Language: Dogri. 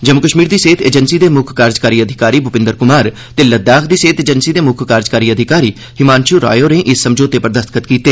जम्मू कश्मीर दी सेहत एजेंसी दे मुक्ख कार्यकारी अधिकारी भूपिंदर कुमार ते लद्दाख दी सेहत एजेंसी दे मुक्ख कार्यकारी अधिकारी हिमांशु राय होरें इस समझौते पर दस्तख्त कीते